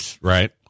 Right